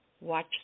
watch